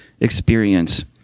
experience